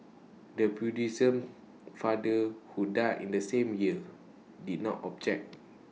the Buddhism father who died in the same year did not object